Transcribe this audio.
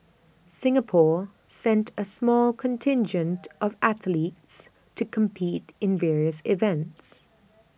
Singapore sent A small contingent of athletes to compete in various events